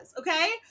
Okay